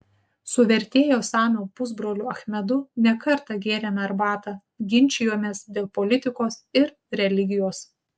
su vertėjo samio pusbroliu achmedu ne kartą gėrėme arbatą ginčijomės dėl politikos ir religijos